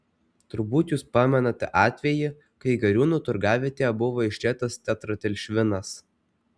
turbūt jūs pamenate atvejį kai gariūnų turgavietėje buvo išlietas tetraetilšvinas